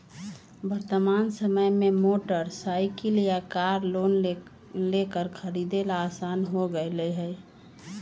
वर्तमान समय में मोटर साईकिल या कार लोन लेकर खरीदे ला आसान हो गयले है